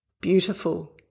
Beautiful